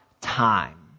time